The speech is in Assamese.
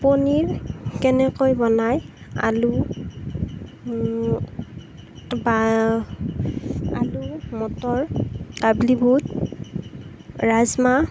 পনিৰ কেনেকৈ বনাই আলু বা আলু মটৰ কাবলিবুট ৰাজমাহ